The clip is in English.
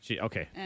Okay